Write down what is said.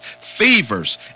fevers